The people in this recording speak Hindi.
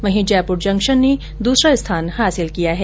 वहीं जयप्र जंक्शन ने दूसरा स्थान हासिल किया है